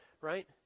right